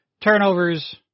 Turnovers